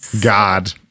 God